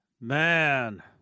Man